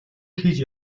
хийж